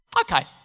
Okay